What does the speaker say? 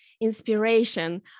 inspiration